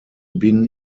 bin